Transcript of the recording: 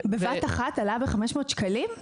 עלה ב-500 שקלים בבת אחת?